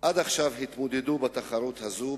עד עכשיו התמודדו בתחרות הזו,